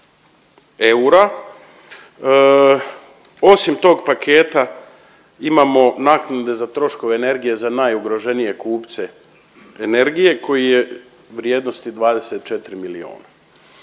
eura. Osim tog paketa imamo naknade za troškove energije za najugroženije kupce energije koji je vrijednosti 24 miliona.